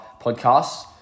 podcast